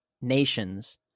nations